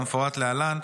כמפורט להלן: